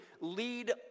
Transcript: lead